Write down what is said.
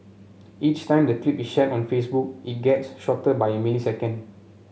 each time the clip is shared on Facebook it gets shorter by a millisecond